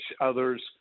others